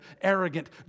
arrogant